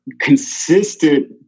consistent